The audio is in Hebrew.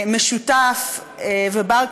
לא,